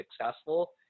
successful